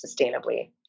sustainably